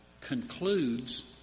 concludes